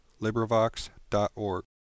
LibriVox.org